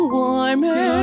warmer